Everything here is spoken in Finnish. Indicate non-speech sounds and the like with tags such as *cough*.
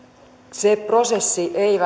se prosessi ei *unintelligible*